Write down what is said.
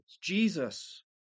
Jesus